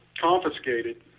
confiscated